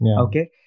okay